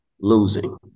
losing